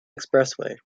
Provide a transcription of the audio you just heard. expressway